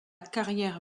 carrière